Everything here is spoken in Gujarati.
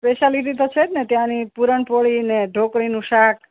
સ્પેશિયાલિટી તો છે જ ને ત્યાંની પુરણપોળી ને ઢોકળીનું શાક